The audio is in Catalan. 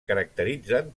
caracteritzen